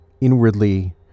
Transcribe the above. inwardly